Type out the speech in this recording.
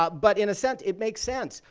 but but in a sense it makes sense.